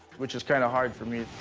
which is kind of hard for me.